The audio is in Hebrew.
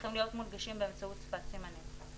צריכים להיות מונגשים באמצעות שפת סימנים,